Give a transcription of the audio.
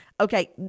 Okay